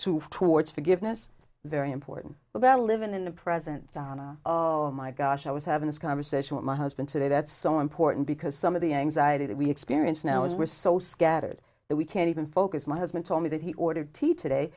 to towards forgiveness very important about living in the present oh my gosh i was having this conversation with my husband today that's so important because some of the anxiety that we experience now is we're so scattered that we can't even focus my husband told me that he ordered tea today